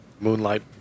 moonlight